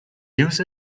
use